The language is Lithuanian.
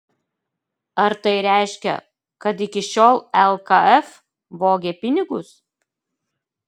ar tai reiškia kad iki šiol lkf vogė pinigus